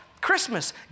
Christmas